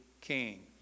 king